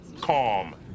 calm